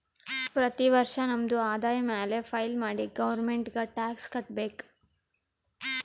ಪ್ರತಿ ವರ್ಷ ನಮ್ದು ಆದಾಯ ಮ್ಯಾಲ ಫೈಲ್ ಮಾಡಿ ಗೌರ್ಮೆಂಟ್ಗ್ ಟ್ಯಾಕ್ಸ್ ಕಟ್ಬೇಕ್